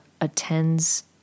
attends